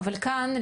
אבל כאן,